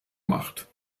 macht